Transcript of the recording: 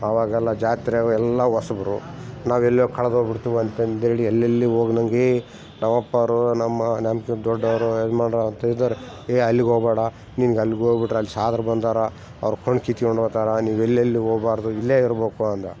ಅವಾಗೆಲ್ಲಾ ಜಾತ್ರೆ ಎಲ್ಲ ಹೊಸಬರು ನಾವು ಎಲ್ಲೋ ಕಳೆದ್ ಹೋಗಿ ಬಿಡ್ತೀವಿ ಅಂತ ಅಂದೇಳಿ ಎಲ್ಲಿ ಎಲ್ಲಿಗೆ ಹೋಗ್ನಂಗೇ ನಮ್ಮ ಅಪ್ಪೋರು ನಮ್ಮ ನಮ್ಕಿಂತ ದೊಡ್ಡೋರು ಯಜಮಾನರು ಅಂತ ಇದಾರೆ ಎ ಅಲ್ಲಿಗೆ ಹೋಗಬೇಡ ನಿನಗೆ ಅಲ್ಲಿ ಹೋಗ್ಬಿಟ್ರೆ ಅಲ್ಲಿ ಸಾದ್ರು ಬಂದಾರೆ ಅವರು ಕಣ್ಣು ಕಿತ್ಕೊಂಡ್ ಹೋತಾರ ನೀವು ಎಲ್ಲೆಲ್ಲೂ ಹೋಗಬಾರದು ಇಲ್ಲೇ ಇರಬೇಕು ಅಂದ